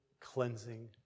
cleansing